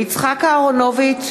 יצחק אהרונוביץ,